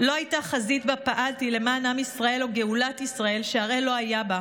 לא הייתה חזית שבה פעלתי למען עם ישראל או גאולת ישראל שהראל לא היה בה.